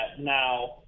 now